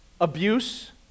abuse